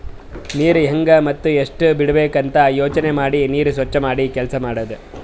ನೀರ್ ಹೆಂಗ್ ಮತ್ತ್ ಎಷ್ಟ್ ಬಿಡಬೇಕ್ ಅಂತ ಯೋಚನೆ ಮಾಡಿ ನೀರ್ ಸ್ವಚ್ ಮಾಡಿ ಕೆಲಸ್ ಮಾಡದು